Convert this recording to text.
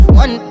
one